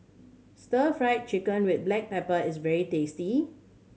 Stir Fried Chicken with black pepper is very tasty